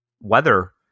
weather